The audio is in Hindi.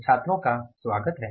छात्रों का स्वागत है